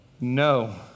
no